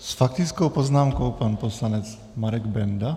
S faktickou poznámkou pan poslanec Marek Benda?